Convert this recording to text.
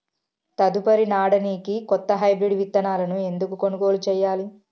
తదుపరి నాడనికి కొత్త హైబ్రిడ్ విత్తనాలను ఎందుకు కొనుగోలు చెయ్యాలి?